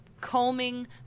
combing